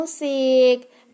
music